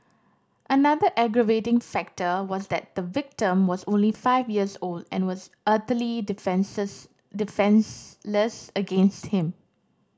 another aggravating factor was that the victim was only five years old and was utterly defenceless against him